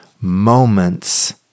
moments